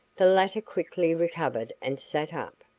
the latter quickly recovered and sat up.